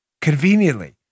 Conveniently